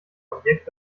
objekt